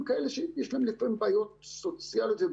הם כאלה שיש להם בעיות שונות,